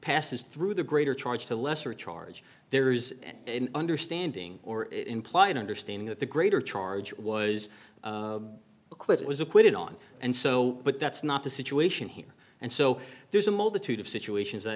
passes through the greater charge to a lesser charge there's an understanding or implied understanding that the greater charge was acquitted was acquitted on and so but that's not the situation here and so there's a multitude of situations i